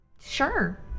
Sure